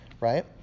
Right